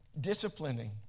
disciplining